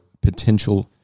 potential